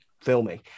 filming